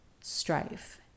strife